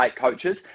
coaches